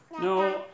No